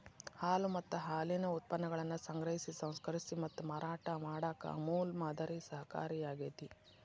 ಹಾಲು ಮತ್ತ ಹಾಲಿನ ಉತ್ಪನ್ನಗಳನ್ನ ಸಂಗ್ರಹಿಸಿ, ಸಂಸ್ಕರಿಸಿ ಮತ್ತ ಮಾರಾಟ ಮಾಡಾಕ ಅಮೂಲ್ ಮಾದರಿ ಸಹಕಾರಿಯಾಗ್ಯತಿ